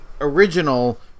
original